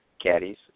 caddies